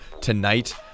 tonight